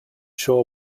sure